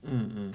mm mm